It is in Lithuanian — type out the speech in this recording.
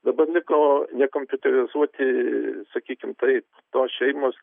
dabar liko nekompiuterizuoti sakykim taip tos šeimos